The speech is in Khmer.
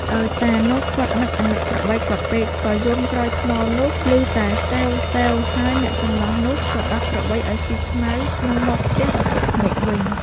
ដោយតានោះគាត់នឹកអាណិតក្របីគាត់ពេក ក៏យំក្រោយថ្មនោះឮតែតេវៗ ហើយអ្នកកម្លោះនោះក៏ដោះក្របីឱ្យស៊ីស្មៅនិងមកផ្ទះឪពុកក្មេកវិញ។